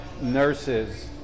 nurses